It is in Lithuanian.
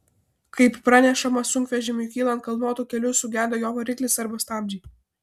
kaip pranešama sunkvežimiui kylant kalnuotu keliu sugedo jo variklis arba stabdžiai